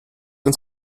uns